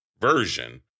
version